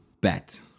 bet